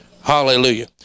Hallelujah